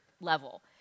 level